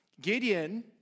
Gideon